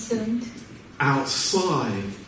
Outside